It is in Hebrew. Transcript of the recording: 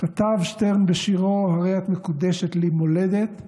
כתב שטרן בשירו "הרי את מקודשת לי מולדת":